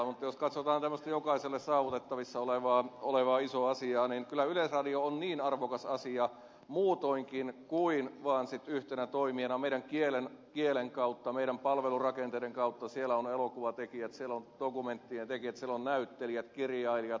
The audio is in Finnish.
jos katsotaan tämmöistä jokaiselle saavutettavissa olevaa isoa asiaa niin kyllä yleisradio on muutoinkin kuin vaan yhtenä toimijana niin arvokas asia meidän kielemme kautta meidän palvelurakenteidemme kautta siellä on elokuvatekijät siellä on dokumenttien tekijät siellä on näyttelijät kirjailijat ja niin edelleen